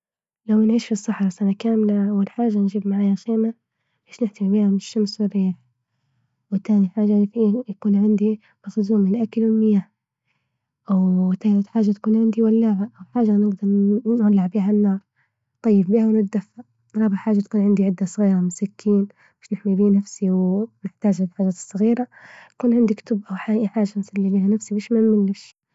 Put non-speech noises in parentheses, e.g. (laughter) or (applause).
لو نعيش في الصحراء سنة كاملة، أول حاجة نجيب معايا خيمة باش نحتمي بيها من الشمس، وتاني حاجة ي-يكون عندي مخزون من أكل المياه (hesitation) وتالت حاجة تكون عندي ولاعة، وحاجة نقدر (hesitation) نولع بيها النار نطيب بيها وندفى، رابع حاجة يكون عندي عدة صغيرة مثل سكين باش نحمي به نفسي، ومحتاجة للحاجات الصغيرة يكون عندي كتب ، أو (hesitation) أي حاجة أسلي بيها نفسي باش ما منملش.